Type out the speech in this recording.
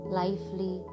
lively